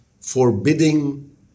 forbidding